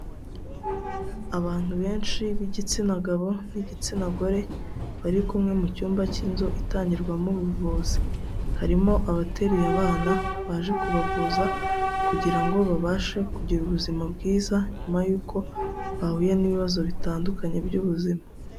Abantu benshi b'igitsina gabo n'igitsina gore, bari kumwe mu cyumba cy'inzu itangirwamo ubuvuzi. Harimo abateruye abana baje kubavuza, kugira ngo babashe kugira ubuzima bwiza, nyuma yuko bahuye n'ibibazo bitandukanye by'ubuzima.